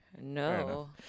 No